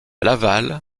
laval